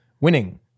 winning